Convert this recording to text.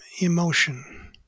emotion